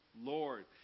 Lord